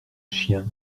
chiens